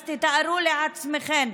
אז תתארו לעצמכם.